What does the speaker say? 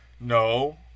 no